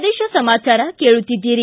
ಪ್ರದೇಶ ಸಮಾಚಾರ ಕೇಳುತ್ತೀದ್ದಿರಿ